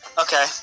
okay